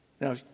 Now